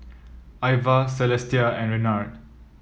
Ivah Celestia and Renard